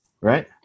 Right